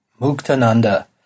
Muktananda